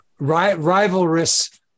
rivalrous